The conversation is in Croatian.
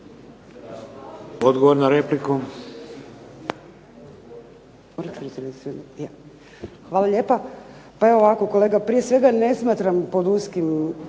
Odgovor na repliku.